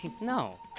No